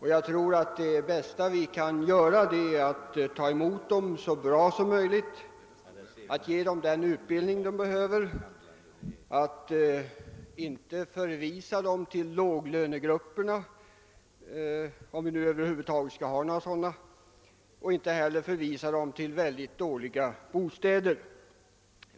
I vårt eget intresse bör vi ta emot dem så bra som möjligt, ge dem den utbildning de behöver, inte förvisa dem till låglönegrupperna — om det över huvud taget skall finnas några sådana — liksom inte heller till mycket dåliga bostäder.